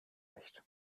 nicht